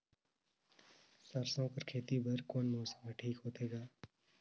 सरसो कर खेती बर कोन मौसम हर ठीक होथे ग?